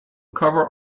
cover